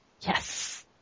Yes